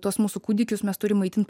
tuos mūsų kūdikius mes turim maitint